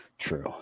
true